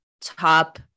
top